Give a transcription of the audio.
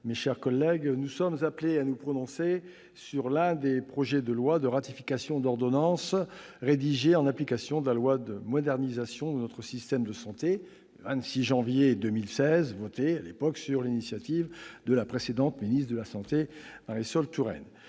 mes chers collègues, nous sommes appelés à nous prononcer sur l'un des projets de loi de ratification d'ordonnances rédigées en application de la loi du 26 janvier 2016 de modernisation de notre système de santé, votée sur l'initiative de la précédente ministre de la santé, Marisol Touraine,